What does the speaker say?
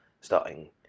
starting